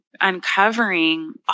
uncovering